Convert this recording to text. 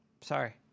Sorry